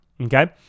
Okay